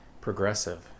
progressive